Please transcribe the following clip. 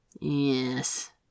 Yes